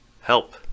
help